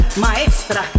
maestra